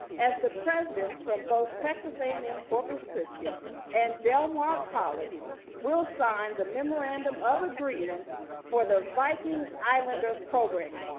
as the presidents from both texas a and m-corpus christi and del mar college will sign the memorandum of agreement for the viking islander program,